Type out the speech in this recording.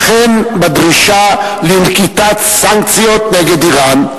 וכן בדרישה לנקיטת סנקציות נגד אירן.